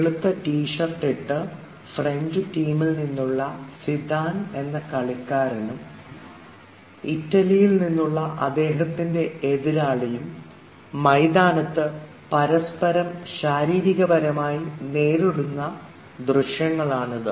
വെളുത്ത ടീഷർട്ട് ഇട്ട ഫ്രഞ്ച് ടീമിൽ നിന്നുള്ള സിഡാൻ എന്ന കളിക്കാരനും ഇറ്റലിയിൽ നിന്നുള്ള അദ്ദേഹത്തിൻറെ എതിരാളിയും മൈതാനത്ത് പരസ്പരം ശാരീരികപരമായി നേരിടുന്ന ദൃശ്യങ്ങളാണിത്